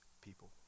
people